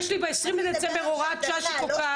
יש לי ב-20 לדצמבר הוראת שעה שקובעת,